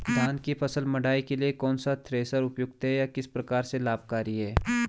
धान की फसल मड़ाई के लिए कौन सा थ्रेशर उपयुक्त है यह किस प्रकार से लाभकारी है?